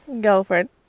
girlfriend